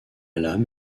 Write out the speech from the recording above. lame